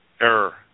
error